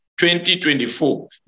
2024